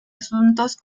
asuntos